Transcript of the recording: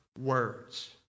words